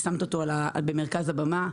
ושמת אותו במרכז הבמה.